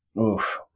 Oof